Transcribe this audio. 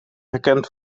herkent